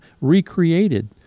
recreated